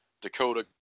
Dakota